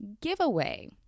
giveaway